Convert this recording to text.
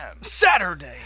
Saturday